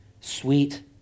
sweet